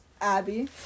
abby